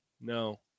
no